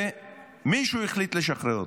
מישהו החליט לשחרר אותו.